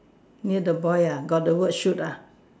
near the boy ah got the word shoot ah